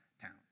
towns